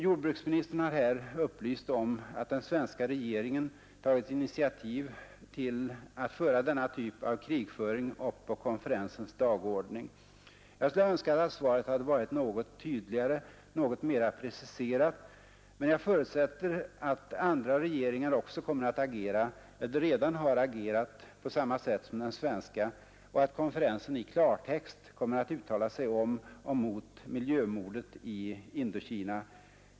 Jordbruksministern har här upplyst om att den svenska regeringen tagit initiativ till att föra denna typ av krigföring upp på konferensens dagordning. Jag skulle ha önskat att svaret varit något tydligare, något mera preciserat, men jag förutsätter att andra regeringar också kommer att agera eller redan har agerat på samma sätt som den svenska och att konferensen i klartext kommer att uttala sig om och mot miljömordet i Indokina.